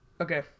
Okay